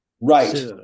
Right